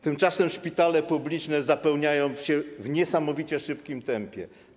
Tymczasem szpitale publiczne zapełniają się w niesamowicie szybkim tempie.